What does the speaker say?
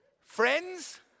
Friends